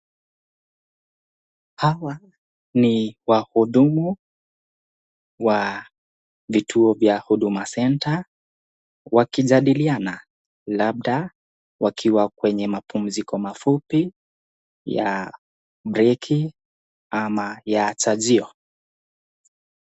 Hawa ni wahudumu wa vituo vya huduma centre wakijadiliana labda wakiwa kwenye mapumziko mafupi, ya break ama ya chajio.